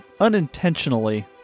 unintentionally